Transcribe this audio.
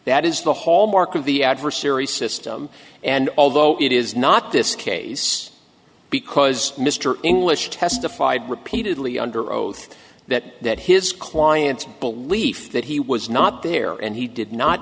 that is the hallmarks of the adversary system and although it is not this case because mr english testified repeatedly under oath that that his client's belief that he was not there and he did not